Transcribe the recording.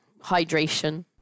hydration